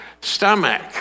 stomach